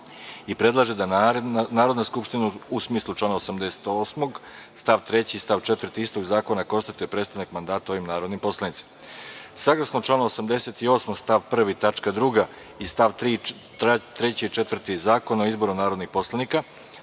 i predlaže da Narodna skupština, u smislu člana 88. stavovi 3. i 4. istog zakona, konstatuje prestanak mandata ovim narodnim poslanicima. Saglasno članu 88. stav 1. tačka 2) i stavovi 3. i 4. Zakona o izboru narodnih poslanika,